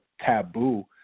taboo